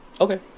Okay